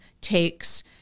takes